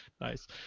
Nice